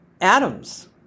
atoms